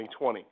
2020